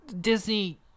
Disney